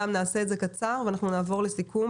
נעשה את זה קצר ואנחנו נעבור לסיכום.